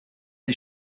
des